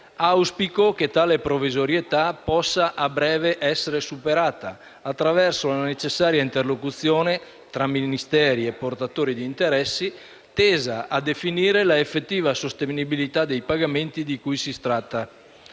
Auspico che tale provvisorietà possa a breve essere superata attraverso la necessaria interlocuzione tra Ministeri e portatori di interessi, tesa a definire l'effettiva sostenibilità dei pagamenti di cui si tratta.